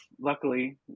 luckily